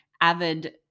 avid